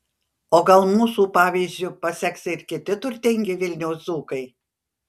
o gal mūsų pavyzdžiu paseks ir kiti turtingi vilniaus dzūkai